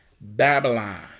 Babylon